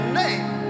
name